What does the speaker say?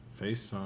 FaceTime